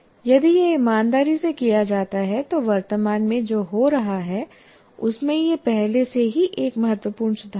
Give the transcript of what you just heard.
यदि यह ईमानदारी से किया जाता है तो वर्तमान में जो हो रहा है उसमें यह पहले से ही एक महत्वपूर्ण सुधार है